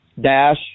dash